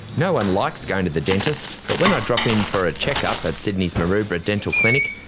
no one likes going to the dentist but when i drop in for a check-up at sydney's maroubra dental clinic,